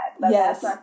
Yes